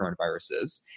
coronaviruses